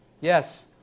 Yes